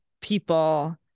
people